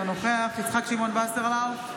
אינו נוכח יצחק שמעון וסרלאוף,